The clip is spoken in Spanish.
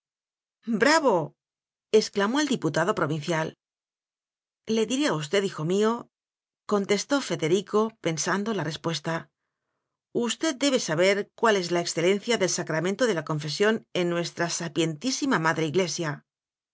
exclamó el diputado provin cial le diré a usted hijo míocontestó fe derico pensando la respuesta usted debe saber cuál es la excelencia del sacramento de la confesión en nuestra sapientísima madre iglesia